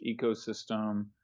ecosystem